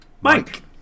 Mike